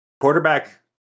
quarterback